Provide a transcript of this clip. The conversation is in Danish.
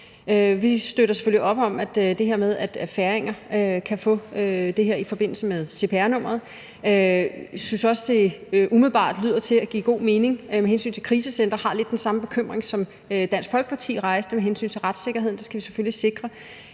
Vi støtter selvfølgelig op om det her med, at færinger kan få det her i forbindelse med cpr-nummeret. Vi synes også, at det umiddelbart lyder til at give god mening med hensyn til krisecentre. Vi har lidt den samme bekymring, som Dansk Folkeparti rejste med hensyn til retssikkerheden – det skal vi selvfølgelig sikre